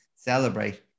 celebrate